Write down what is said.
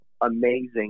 amazing